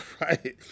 right